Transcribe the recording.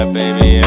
baby